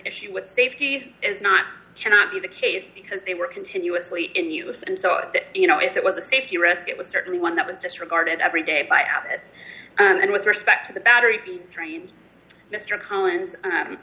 issue with safety is not cannot be the case because they were continuously in use and so you know it was a safety risk it was certainly one that was disregarded every day by abbott and with respect to the battery being trained mr